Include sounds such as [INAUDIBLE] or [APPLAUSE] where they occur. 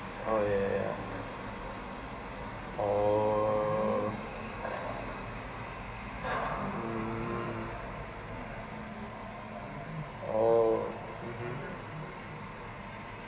oh ya ya ya oh mm oh (uh huh) [LAUGHS]